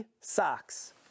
socks